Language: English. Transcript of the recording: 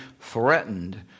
threatened